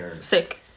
sick